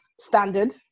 standard